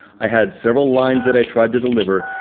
i had several lines that i tried to deliver,